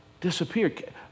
disappeared